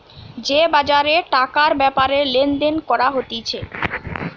যে বাজারে টাকার ব্যাপারে লেনদেন করা হতিছে